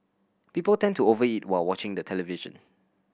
people tend to over eat while watching the television